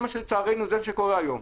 זה מה שלצערנו קורה היום.